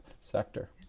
sector